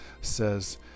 says